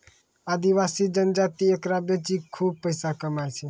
आदिवासी जनजाति एकरा बेची कॅ खूब पैसा कमाय छै